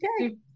Okay